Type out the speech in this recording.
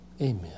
Amen